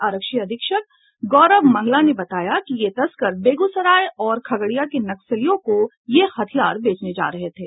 आरक्षी अधीक्षक गौरव मंगला ने बताया कि ये तस्कर बेगूसराय और खगड़िया के नक्सलियों को यह हथियार बेचने जा रहे थे